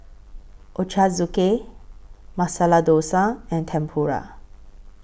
Ochazuke Masala Dosa and Tempura